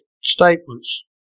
statements